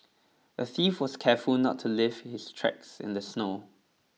the thief was careful not to lift his tracks in the snow